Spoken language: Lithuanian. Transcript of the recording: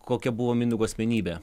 kokia buvo mindaugo asmenybė